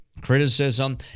criticism